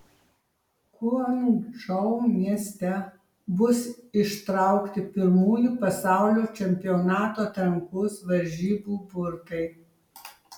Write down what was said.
guangdžou mieste bus ištraukti pirmųjų pasaulio čempionato atrankos varžybų burtai